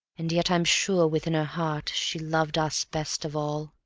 and yet i'm sure within her heart she loved us best of all.